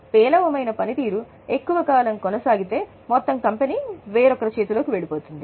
పేలవమైన పనితీరు ఎక్కువకాలం కొనసాగితే మొత్తం కంపెనీ వేరొకరి చేతి లోకి వెళుతుంది